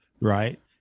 right